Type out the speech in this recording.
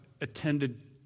attended